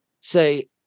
say